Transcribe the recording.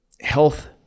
health